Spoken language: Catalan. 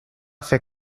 fer